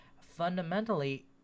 fundamentally